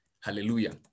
Hallelujah